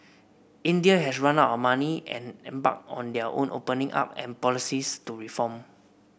India had run out of money and embarked on their own opening up and policies to reform